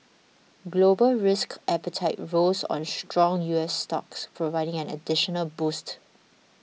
global risk appetite rose on strong U S stocks providing an additional boost